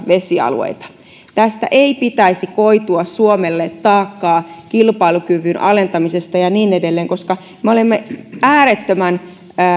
vesialueita maailmanlaajuisesti tästä ei pitäisi koitua suomelle taakkaa kilpailukyvyn alenemisena ja niin edelleen koska me olemme äärettömän